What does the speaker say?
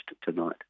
tonight